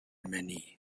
many